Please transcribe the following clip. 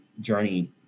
journey